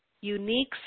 unique